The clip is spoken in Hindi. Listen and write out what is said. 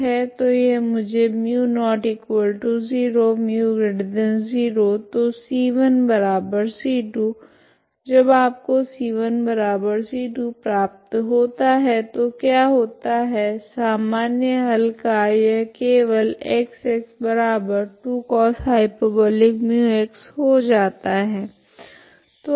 तो यह मुझे μ ≠0 μ0 तो c1c2 जब आपको c1c2 प्राप्त होता है तो क्या होता है सामान्य हल का यह केवल X 2cosh μx हो जाता है